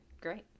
great